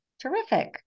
Terrific